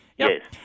Yes